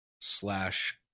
slash